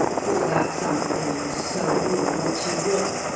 call that something the soul, or what you will.